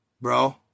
Bro